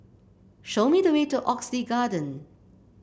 show me the way to Oxley Garden